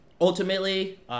ultimately